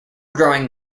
growing